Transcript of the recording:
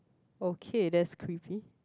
okay that's creepy